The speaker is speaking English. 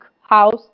house